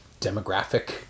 demographic